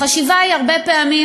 החשיבה היא הרבה פעמים,